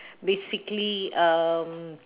basically um